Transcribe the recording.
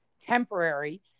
temporary